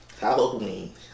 Halloween